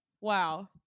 wow